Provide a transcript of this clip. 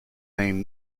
name